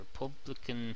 Republican